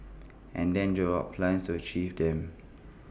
and then draw up plans to achieve them